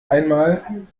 einmal